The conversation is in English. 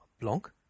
blanc